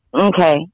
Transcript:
Okay